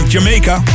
Jamaica